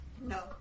No